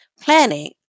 planning